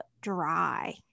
dry